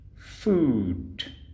Food